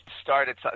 started